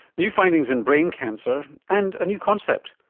new findings in brain cancer and a new concept,